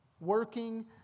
Working